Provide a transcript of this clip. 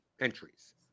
entries